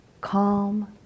Calm